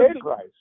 Christ